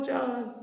John